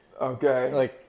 Okay